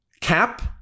Cap